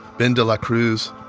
ben de la cruz,